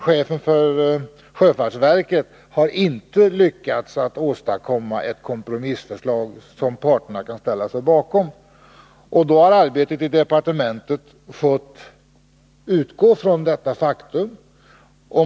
Chefen för sjöfartsverket har inte lyckats åstadkomma ett kompromissförslag, som parterna kan ställa sig bakom. Då har arbetet i departementet fått utgå från detta faktum.